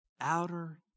Outer